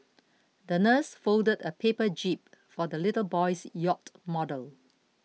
the nurse folded a paper jib for the little boy's yacht model